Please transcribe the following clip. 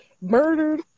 murdered